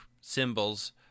symbols